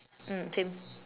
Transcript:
mm same